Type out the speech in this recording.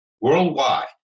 worldwide